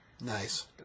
nice